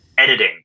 Editing